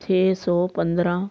ਛੇ ਸੌ ਪੰਦਰਾਂ